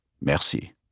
merci